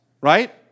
Right